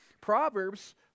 Proverbs